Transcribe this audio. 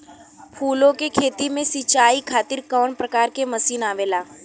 फूलो के खेती में सीचाई खातीर कवन प्रकार के मशीन आवेला?